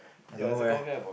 I don't know eh